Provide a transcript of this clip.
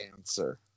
answer